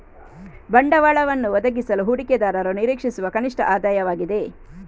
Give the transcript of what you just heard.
ಬಂಡವಾಳವನ್ನು ಒದಗಿಸಲು ಹೂಡಿಕೆದಾರರು ನಿರೀಕ್ಷಿಸುವ ಕನಿಷ್ಠ ಆದಾಯವಾಗಿದೆ